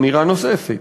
אמירה נוספת: